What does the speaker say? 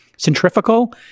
centrifugal